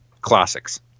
classics